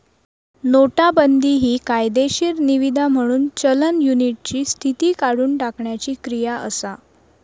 नोटाबंदी हि कायदेशीर निवीदा म्हणून चलन युनिटची स्थिती काढुन टाकण्याची क्रिया असा